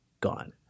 Gone